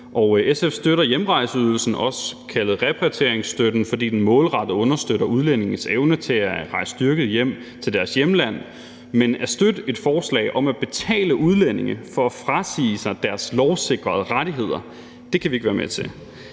SF støtter hjemrejseydelsen, også kaldet repatrieringsstøtten, fordi den målrettet understøtter udlændinges evne til at rejse styrket hjem til deres hjemlande, men at støtte et forslag om at betale udlændinge for at frasige sig deres lovsikrede rettigheder kan vi ikke være med til.